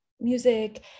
music